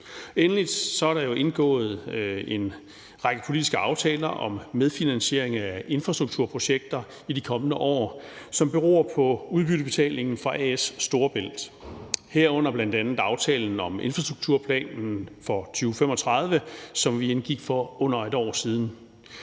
Endelig er der jo så indgået en række politiske aftaler om medfinansiering af infrastrukturprojekter i de kommende år, som beror på udbyttebetalingen fra A/S Storebælt, herunder bl.a. aftalen om infrastrukturplanen for 2035, som vi indgik for under et år siden.